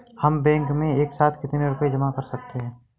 हम बैंक में एक साथ कितना रुपया जमा कर सकते हैं?